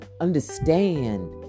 understand